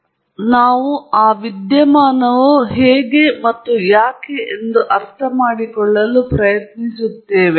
ಆದ್ದರಿಂದ ನಾವು ಆ ವಿದ್ಯಮಾನವು ಯಾಕೆ ಎಂದು ಅರ್ಥಮಾಡಿಕೊಳ್ಳಲು ಪ್ರಯತ್ನಿಸುತ್ತಿದ್ದೇವೆ